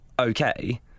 okay